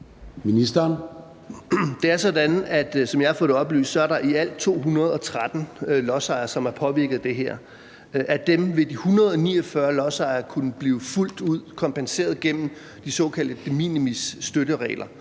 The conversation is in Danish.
er der i alt 213 lodsejere, som er påvirket af det her. Af dem vil 149 lodsejere kunne blive fuldt ud kompenseret gennem de såkaldte de minimis-støtteregler